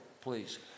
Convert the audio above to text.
please